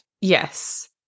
Yes